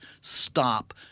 stop